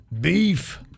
beef